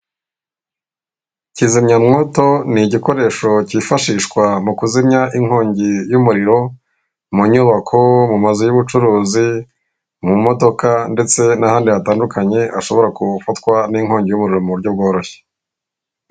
Kizimyamwoto n'igikoresho cyifashishwa mu kuzimya inkongi y'umuriro, mu nyubako, mu mazu y'ubucuruzi, mu modoka ndetse n'ahandi hatandukanye hashobora gufatwa n'inkongi y'umuriro m'uburyo bworoshye.